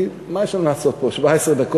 כי מה יש לנו לעשות פה 17 דקות?